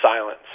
silence